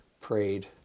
prayed